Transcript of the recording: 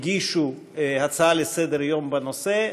הגישו הצעה לסדר-יום בנושא,